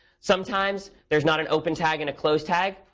sometimes, there's not an open tag and a close tag.